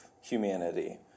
humanity